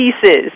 pieces